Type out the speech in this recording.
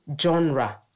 genre